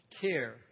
care